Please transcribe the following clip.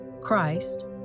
Christ